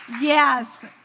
Yes